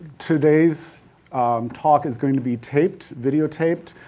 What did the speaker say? today's talk is going to be taped, video taped,